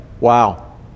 wow